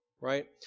right